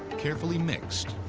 carefully mixed.